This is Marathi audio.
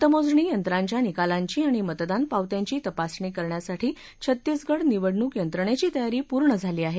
मतमोजणी यंत्रांच्या निकालांची आणि मतदान पावत्यांची तपासणी करण्यासाठी छत्तीसगढ निवडणूक यंत्रणेची तयारी पूर्ण झाली आहे